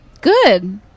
Good